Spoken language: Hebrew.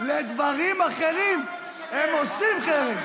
למה אתה משקר?